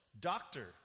Doctor